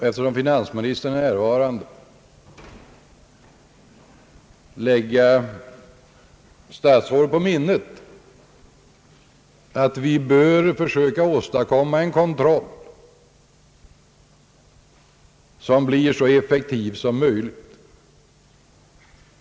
Eftersom finansministern nu är närvarande vill jag lägga statsrådet på minnet att vi bör försöka åstadkomma en kontroll som blir så effektiv som möjligt.